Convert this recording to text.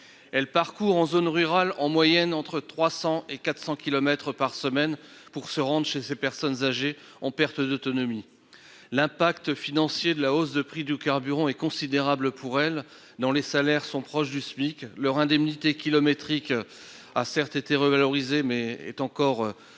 parcourent en moyenne, en zone rurale, entre 300 et 400 kilomètres par semaine pour se rendre chez les personnes âgées en perte d'autonomie. L'impact financier de la hausse des prix des carburants est considérable pour elles, dont les salaires sont proches du SMIC. Leur indemnité kilométrique, bien que revalorisée, ne